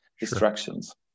distractions